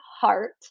heart